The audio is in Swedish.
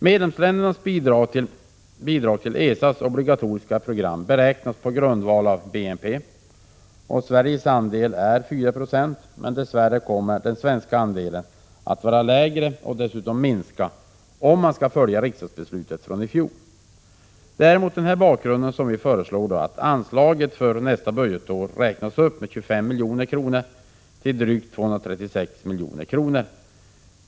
Medlemsländernas bidrag till ESA:s obligatoriska program beräknas på grundval av BNP. Sveriges andel är 4 96, men dess värre kommer den svenska andelen att vara lägre och dessutom att minska, om man skall följa riksdagsbeslutet från i fjol. Det är mot den här bakgrunden som vi föreslår att anslaget för nästa budgetår räknas upp med 25 milj.kr. till drygt 236 milj.kr.